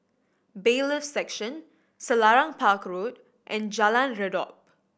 Bailiffs' Section Selarang Park Road and Jalan Redop